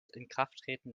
inkrafttreten